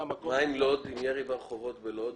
מה עם ירי ברחובות בלוד?